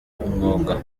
umwuga